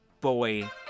boy